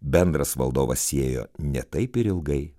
bendras valdovas siejo ne taip ir ilgai